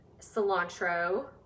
cilantro